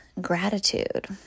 gratitude